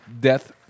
Death